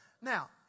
Now